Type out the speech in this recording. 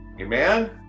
amen